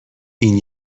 این